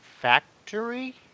factory